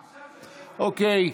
אוקיי.